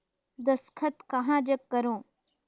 दस्खत कहा जग करो?